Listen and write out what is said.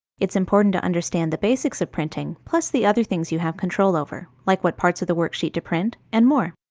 it's important to understand the basics of printing, plus the other things you have control over like what parts of the worksheet to print, and more.